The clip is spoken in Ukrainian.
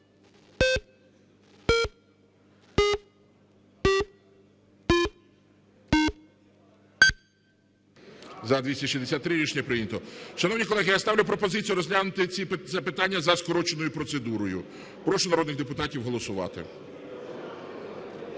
За-263 Рішення прийнято. Шановні колеги, я ставлю пропозицію розглянути це питання за скороченою процедурою. Прошу народних депутатів голосувати.